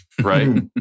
right